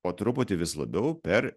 po truputį vis labiau per